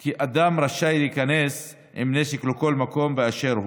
כי אדם רשאי להיכנס עם נשק לכל מקום באשר הוא.